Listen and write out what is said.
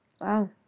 Wow